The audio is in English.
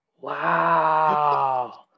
Wow